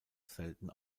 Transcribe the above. selten